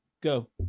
go